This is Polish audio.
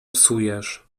psujesz